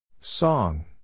Song